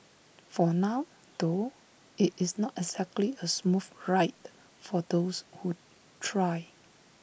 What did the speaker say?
for now though IT is not exactly A smooth ride for those who try